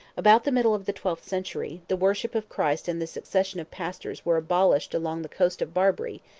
about the middle of the twelfth century, the worship of christ and the succession of pastors were abolished along the coast of barbary,